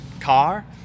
car